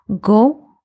Go